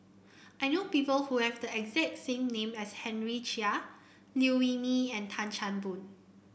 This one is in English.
I know people who have the exact same name as Henry Chia Liew Wee Mee and Tan Chan Boon